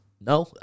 No